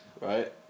right